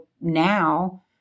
now